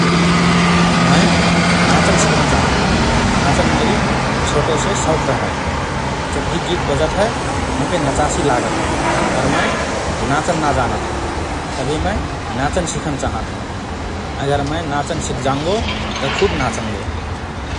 मए नाचन सिखन चाहत हओं । नाचन मेरी छोटोसे शौख रहए । जब भि गीत बजत हए मोके नचासि लागत हए पर मए नाचन ना जानत हओं । तभि मए नाचन सिखन चाहत हओं । अगर मए नाचन सिख जांगो तओ खुब नाचंगो ।